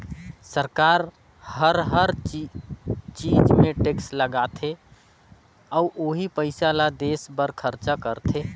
सरकार हर हर चीच मे टेक्स लगाथे अउ ओही पइसा ल देस बर खरचा करथे